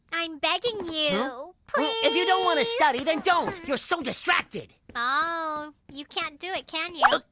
i'm begging you please! if you don't wanna study, then don't! you're so distracted! oh you can't do it, can you?